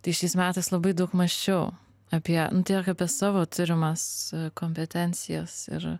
tai šiais metais labai daug mąsčiau apie tiek apie savo turimas kompetencijas ir